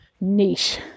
niche